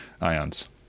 ions